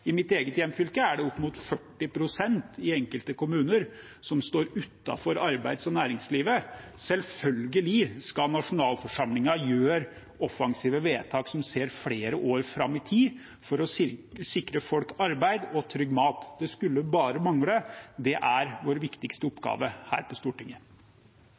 I mitt eget hjemfylke er det i enkelte kommuner opp mot 40 pst. som står utenfor arbeids- og næringslivet. Selvfølgelig skal nasjonalforsamlingen gjøre offensive vedtak som ser flere år fram i tid, for å sikre folk arbeid og trygg mat. Det skulle bare mangle. Det er vår viktigste oppgave her på Stortinget.